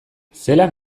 zelan